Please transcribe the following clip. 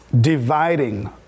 dividing